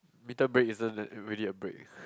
winter break isn't really a break